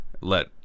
let